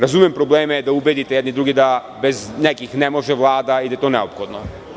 Razumem probleme da ubedite jedni druge da bez nekih ne može Vlada i da je to neophodno.